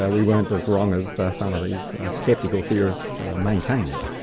yeah we weren't as wrong as some of these skeptical theorists maintain.